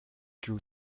drew